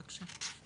בבקשה.